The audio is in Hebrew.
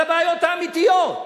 על הבעיות האמיתיות,